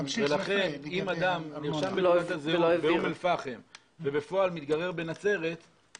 אם אדם נרשם בתעודת הזהות כמי שגר באום אל פאחם ובפועל מתגורר בנצרת,